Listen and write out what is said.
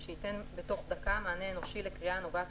שייתן בתוך דקה מענה אנושי לקריאה הנוגעת